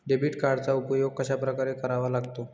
Debit कार्डचा उपयोग कशाप्रकारे करावा लागतो?